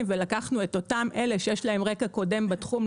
ולקחנו את אותם אלה שיש להם רקע קודם בתחום,